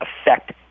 affect